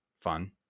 fun